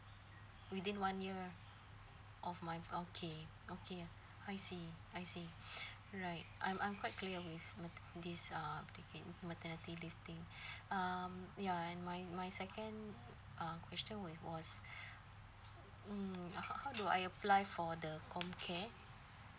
within one year of my okay okay I see I see right I'm I'm quite clear with I think this uh applicat~ maternity leave thing um ya and my my second uh question with was mm h~ how do I apply for the com care